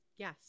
Yes